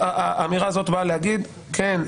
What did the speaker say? האמירה הזאת באה להגיד: כן,